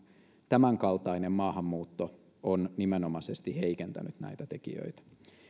tämänkaltainen maahanmuutto on nimenomaisesti heikentänyt näitä tekijöitä